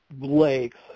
lakes